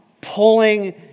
pulling